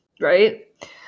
right